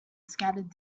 scattered